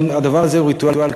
הדבר הזה הוא ריטואל קבוע,